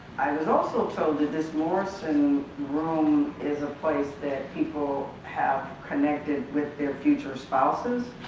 i was also told that this morrison room is a place that people have connected with their future spouses